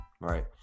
Right